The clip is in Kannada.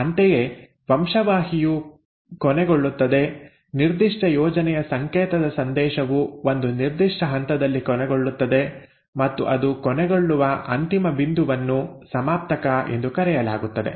ಅಂತೆಯೇ ವಂಶವಾಹಿಯು ಕೊನೆಗೊಳ್ಳುತ್ತದೆ ನಿರ್ದಿಷ್ಟ ಯೋಜನೆಯ ಸಂಕೇತದ ಸಂದೇಶವು ಒಂದು ನಿರ್ದಿಷ್ಟ ಹಂತದಲ್ಲಿ ಕೊನೆಗೊಳ್ಳುತ್ತದೆ ಮತ್ತು ಅದು ಕೊನೆಗೊಳ್ಳುವ ಅಂತಿಮ ಬಿಂದುವನ್ನು ಸಮಾಪ್ತಕ ಎಂದು ಕರೆಯಲಾಗುತ್ತದೆ